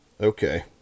Okay